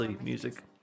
music